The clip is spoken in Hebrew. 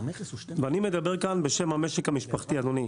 אני מדבר כאן בשם המשק המשפחתי, אדוני.